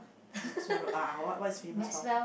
Maxwell-Road a'ah what's it famous for